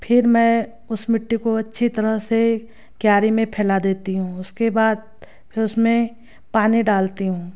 फिर मैं उस मिट्टी को अच्छी तरह से क्यारी में फैला देती हूँ उसके बाद फिर उसमें पानी डालती हूँ